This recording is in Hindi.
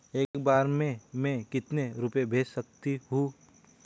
एक बार में मैं कितने रुपये भेज सकती हूँ?